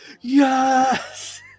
yes